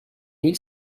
l’île